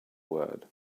word